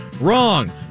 Wrong